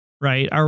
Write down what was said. Right